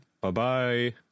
Bye-bye